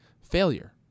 failure